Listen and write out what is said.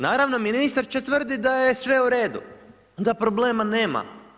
Naravno ministar će tvrditi da je sve u redu, da problema nema.